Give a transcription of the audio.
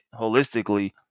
holistically